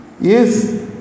Yes